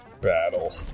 Battle